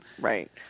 right